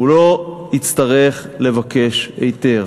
הוא לא יצטרך לבקש היתר.